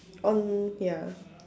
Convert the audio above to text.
on ya